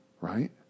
right